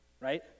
Right